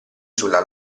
sulla